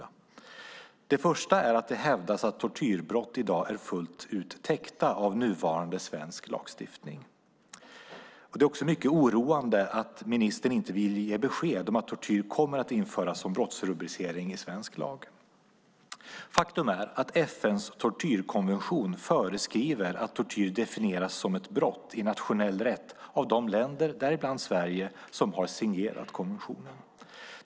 Det första är att det hävdas att tortyrbrott i dag är fullt ut täckta av nuvarande svensk lagstiftning. Det är också mycket oroande att ministern inte vill ge besked om att tortyr kommer att införas som brottsrubricering i svensk lag. Faktum är att FN:s tortyrkonvention föreskriver att tortyr definieras som ett brott i nationell rätt av de länder, däribland Sverige, som har signerat konventionen.